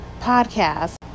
podcast